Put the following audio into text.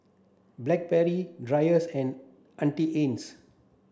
Blackberry Drypers and Auntie Anne's